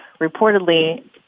reportedly